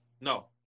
No